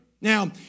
Now